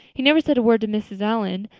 he never said a word to mrs. allan,